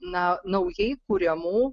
na naujai kuriamų